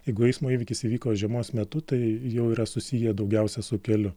jeigu eismo įvykis įvyko žiemos metu tai jau yra susiję daugiausia su keliu